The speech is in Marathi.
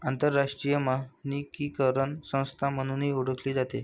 आंतरराष्ट्रीय मानकीकरण संस्था म्हणूनही ओळखली जाते